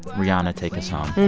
rihanna, take us home